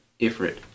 Ifrit